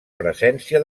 presència